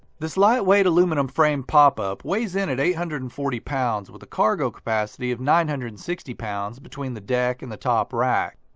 this lightweight aluminum frame popup weighs in at eight hundred and forty pounds with a cargo capacity of nine hundred and sixty pounds between the deck and the top rack.